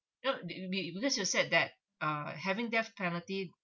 you know the the because you said that uh having death penalty